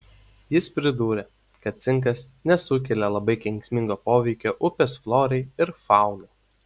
jis pridūrė kad cinkas nesukelia labai kenksmingo poveikio upės florai ir faunai